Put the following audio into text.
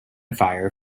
fire